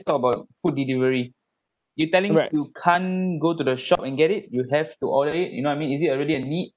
talk about food delivery you telling you can't go to the shop and get it you have to order it you know I mean is it really a need